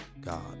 God